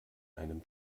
einem